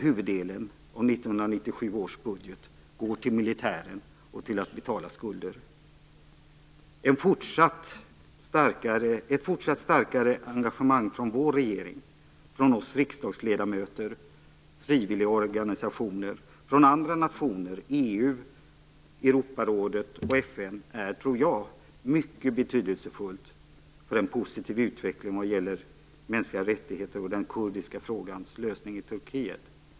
Huvuddelen av 1997 års budget går till militären och till att betala skulder. Ett fortsatt starkare engagemang från vår regering, från oss riksdagsledamöter, från frivilligorganisationer, andra nationer, EU, Europarådet och FN tror jag är mycket betydelsefullt för en positiv utveckling vad gäller mänskliga rättigheter och den kurdiska frågans lösning i Turkiet.